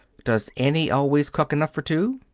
does annie always cook enough for two?